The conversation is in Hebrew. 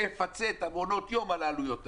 שיפצה את מעונות היום על העלויות האלה.